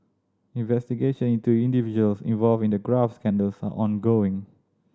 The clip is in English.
investigation into individuals involved in the graft scandals are ongoing